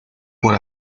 por